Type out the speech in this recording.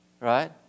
right